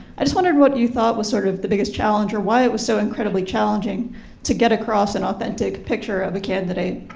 i just wondered what you thought was sort of the biggest challenge or why it was so incredibly challenging to get across an authentic picture of a candidate?